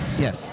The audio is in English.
Yes